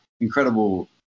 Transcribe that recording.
incredible